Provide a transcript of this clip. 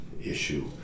issue